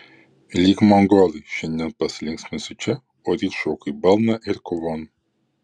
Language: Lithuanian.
lyg mongolai šiandien pasilinksminsiu čia o ryt šoku į balną ir kovon